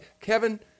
Kevin